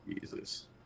Jesus